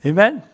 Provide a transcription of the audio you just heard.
Amen